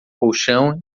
colchão